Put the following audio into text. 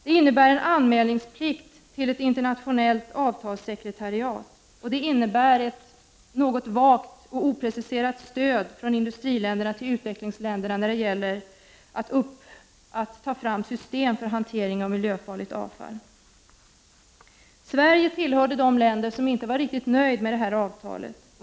Det innebär en anmälningsplikt till ett internationellt avtalssekretariat, och det innebär ett något vagt och opreciserat stöd från industriländerna till utvecklingsländerna när det gäller att ta fram system för hantering av miljöfarligt avfall. Sverige tillhörde de länder som inte riktigt var nöjda med avtalet.